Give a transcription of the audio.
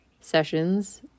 sessions